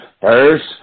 First